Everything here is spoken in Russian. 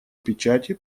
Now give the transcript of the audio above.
печати